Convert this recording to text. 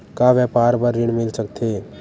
का व्यापार बर ऋण मिल सकथे?